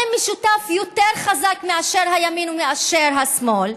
משותף יותר חזק מאשר הימין ומאשר השמאל,